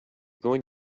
going